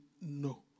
no